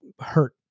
hurt